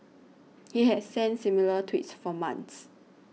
he had sent similar tweets for months